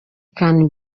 can